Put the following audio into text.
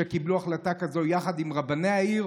שקיבלו החלטה כזאת יחד עם רבני העיר.